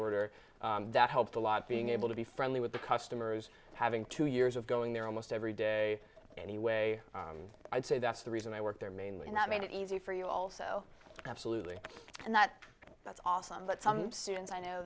order that helped a lot being able to be friendly with the customers having two years of going there almost every day anyway and i'd say that's the reason i work there mainly and that made it easy for you also absolutely and that that's awesome but some students i know